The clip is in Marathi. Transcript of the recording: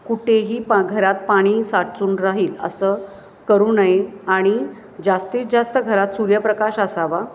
कुठेही घरात पाणी साचून राहील असं करू नये आणि जास्तीत जास्त घरात सूर्यप्रकाश असावा